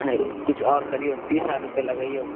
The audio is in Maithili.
हय किछु आओर करियौ तीस रुपैयै लगैयौ